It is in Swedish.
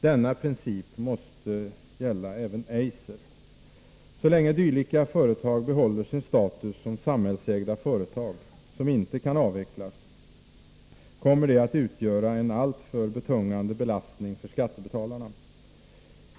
Denna princip måste gälla även Eiser. Så länge dylika företag behåller sin status som samhällsägda företag, som inte kan avvecklas, kommer de att utgöra en alltför betungande belastning för skattebetalarna.